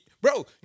bro